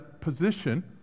position